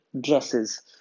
dresses